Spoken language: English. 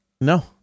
No